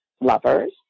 lovers